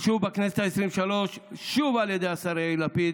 בכנסת העשרים-ושלוש, שוב על ידי השר יאיר לפיד,